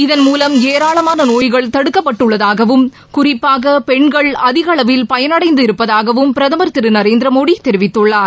இதள் மூலம் ஏராளமாள நோய்கள் தடுக்கப்பட்டுள்ளதாகவும் குறிப்பாக பெண்கள் அதிகளவில் பயனடைந்து இருப்பதாகவும் பிரதமர் திரு நரேந்திர மோடி தெரிவித்துள்ளார்